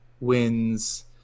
wins